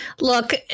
Look